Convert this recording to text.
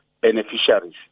beneficiaries